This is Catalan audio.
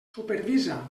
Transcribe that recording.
supervisa